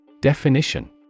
Definition